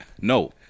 No